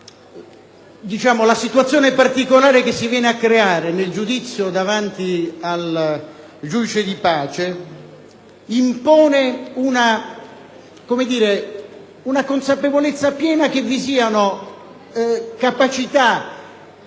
la situazione particolare che si viene a creare nel giudizio davanti al giudice di pace impone la piena consapevolezza che vi siano capacità,